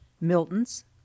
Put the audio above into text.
Milton's